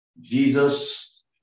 Jesus